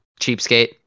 cheapskate